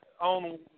on